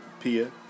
Pia